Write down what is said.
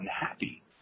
unhappy